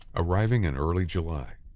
arriving in early july.